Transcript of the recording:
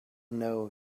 know